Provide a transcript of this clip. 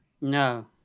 No